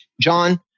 John